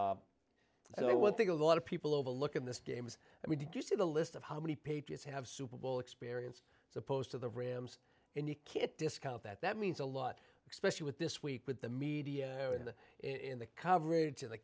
think a lot of people overlook in this game is i mean did you see the list of how many patriots have super bowl experience as opposed to the rams and you can't discount that that means a lot especially with this week with the media and in the coverage of the